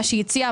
ממה שהיא הציעה,